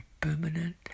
permanent